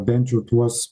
bent jau tuos